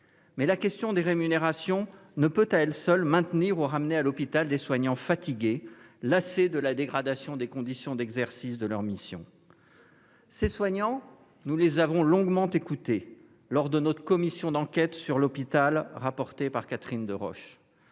Mais la question des rémunérations ne peut à elle seule maintenir ou ramener à l'hôpital des soignants fatigués, lassés de la dégradation des conditions d'exercice de leur mission. Ces soignants, nous les avons longuement écoutés dans le cadre des travaux de notre commission d'enquête sur la situation de l'hôpital et le